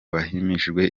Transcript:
bahamijwe